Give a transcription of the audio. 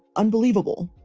unbelievable?